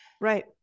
Right